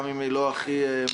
גם אם היא לא הכי משופרת,